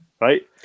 right